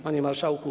Panie Marszałku!